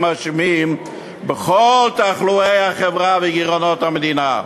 אשמים בכל תחלואי החברה וגירעונות המדינה,